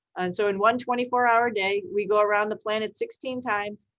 so in one twenty four hours a day, we go around the planet sixteen times,